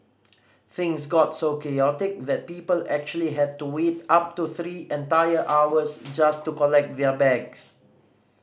things got so chaotic that people actually had to wait up to three entire hours just to collect their bags